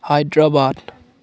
Hyderabad